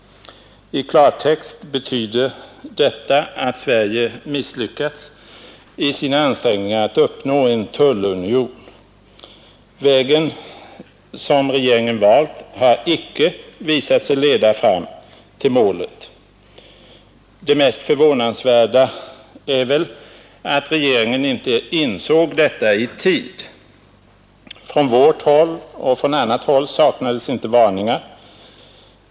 I klartext betyder detta, att Sverige har misslyckats i sina ansträngningar att uppnå en tullunion. Den väg som regeringen valt har icke visat sig leda fram till målet. Det mest förvånansvärda är väl att regeringen inte insåg detta i tid. Från vårt håll och från annat håll saknades inte varningar.